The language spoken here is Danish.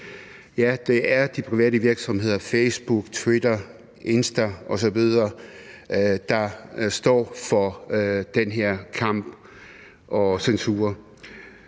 Ja, det er de private virksomheder – Facebook, Twitter, Instagram osv. – der står for den her kamp og censur.